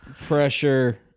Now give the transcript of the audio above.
Pressure